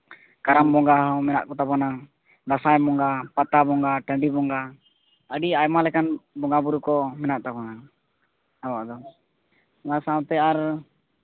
ᱠᱟᱨᱟᱢ ᱵᱚᱸᱜᱟ ᱦᱚᱸ ᱢᱮᱱᱟᱜ ᱠᱚᱛᱟ ᱵᱚᱱᱟ ᱫᱟᱸᱥᱟᱭ ᱵᱚᱸᱜᱟ ᱯᱟᱛᱟ ᱵᱚᱸᱜᱟ ᱴᱟᱺᱰᱤ ᱵᱚᱸᱜᱟ ᱟᱹᱰᱤ ᱟᱭᱢᱟ ᱞᱮᱠᱟᱱ ᱵᱚᱸᱜᱟᱼᱵᱩᱨᱩ ᱠᱚ ᱢᱮᱱᱟᱜ ᱛᱟᱵᱳᱱᱟ ᱦᱮᱸ ᱟᱫᱚ ᱚᱱᱟ ᱥᱟᱶᱛᱮ